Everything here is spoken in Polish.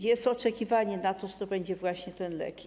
Jest oczekiwanie, że to będzie właśnie ten lek.